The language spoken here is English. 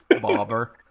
Bobber